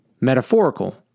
metaphorical